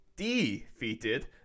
defeated